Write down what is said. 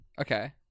Okay